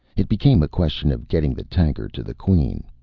it became a question of getting the tanker to the queen.